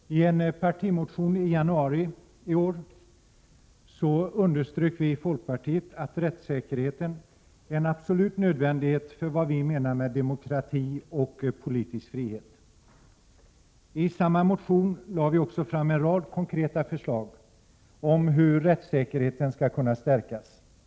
Herr talman! I en partimotion i januari månad i år underströk vi i folkpartiet att rättssäkerheten är en absolut nödvändighet för vad vi menar med demokrati och politisk frihet. I samma motion lade vi också fram en rad konkreta förslag om hur rättssäkerheten skulle kunna stärkas. Det är mot Prot.